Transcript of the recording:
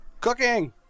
Cooking